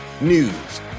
news